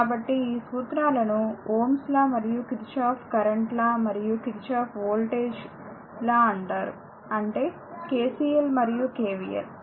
కాబట్టి ఈ సూత్రాలను Ω's లాΩ's law మరియు కిర్చాఫ్స్ కరెంట్ లాKirchhoff's current law మరియు కిర్చాఫ్స్ వోల్టేజ్ లాKirchhoff's voltage law అంటారు అంటే KCL మరియు KVL